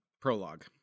prologue